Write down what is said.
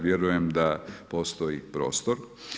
Vjerujem da postoji prostor.